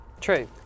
True